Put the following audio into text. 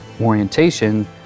orientation